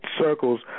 circles